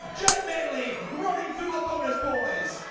jack manly running through the bonus boys!